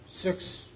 six